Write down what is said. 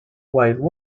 while